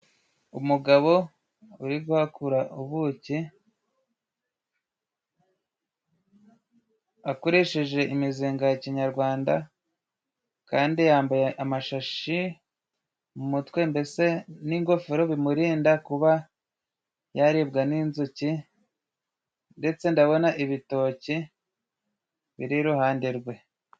Umugabo uri guhakura ubuki akoresheje imizinga ya kinyarwanda ,kandi yambaye amashashi mu mutwe, mbese n'ingofero bimurinda kuba yaribwa n'inzuki ,ndetse ndabona ibitoki biri iruhande rwe.